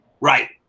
Right